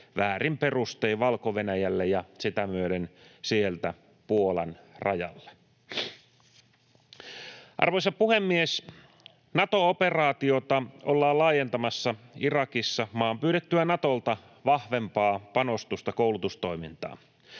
väärin perustein Valko-Venäjälle ja sitä myöden sieltä Puolan rajalle. Arvoisa puhemies! Nato-operaatiota ollaan laajentamassa Irakissa maan pyydettyä Natolta vahvempaa panostusta koulutustoimintaan.